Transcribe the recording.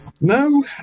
No